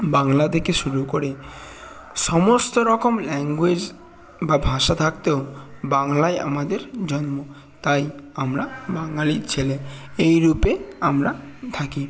বাংলা থেকে শুরু করে সমস্ত রকম ল্যাঙ্গোয়েজ বা ভাষা থাকতেও বাংলায় আমাদের জন্ম তাই আমরা বাঙালির ছেলে এই রূপে আমরা থাকি